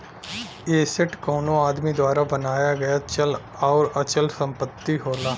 asset कउनो आदमी द्वारा बनाया गया चल आउर अचल संपत्ति होला